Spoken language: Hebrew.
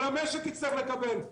כל המשק יצטרך לקבל.